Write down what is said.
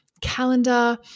calendar